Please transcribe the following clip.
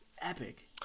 epic